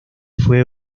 fue